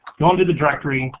go into the directory,